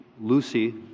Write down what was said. Lucy